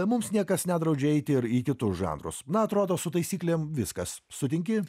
mums niekas nedraudžia eiti ir į kitus žanrus na atrodo su taisyklėm viskas sutinki